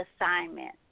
assignment